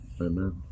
Amen